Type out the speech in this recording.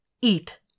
Eat